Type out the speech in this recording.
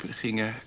gingen